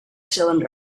cylinder